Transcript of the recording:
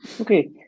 Okay